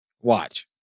Watch